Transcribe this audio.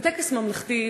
ובטקס ממלכתי,